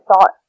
thought